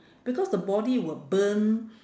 because the body will burn